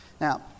Now